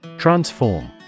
Transform